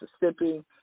Mississippi